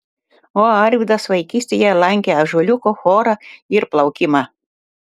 o arvydas vaikystėje lankė ąžuoliuko chorą ir plaukimą